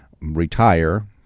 retire